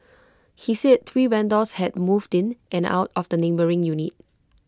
he said three vendors had moved in and out of the neighbouring unit